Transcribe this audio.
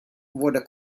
wurde